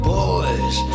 boys